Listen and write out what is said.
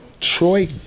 Troy